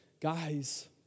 Guys